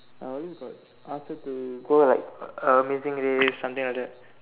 I always got ask her to go like amazing race something like that